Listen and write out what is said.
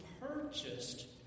purchased